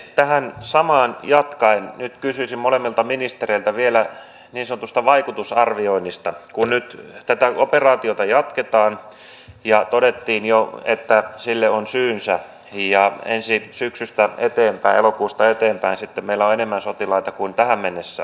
tähän samaan jatkaen nyt kysyisin molemmilta ministereiltä vielä niin sanotusta vaikutusarvioinnista kun nyt tätä operaatiota jatketaan ja todettiin jo että sille on syynsä ja ensi syksystä elokuusta eteenpäin sitten meillä on enemmän sotilaita kuin tähän mennessä